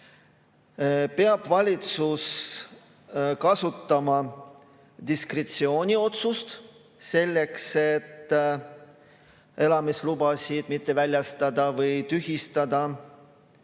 peab valitsus kasutama diskretsiooniotsust selleks, et elamislubasid mitte väljastada või tühistada,